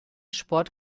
sport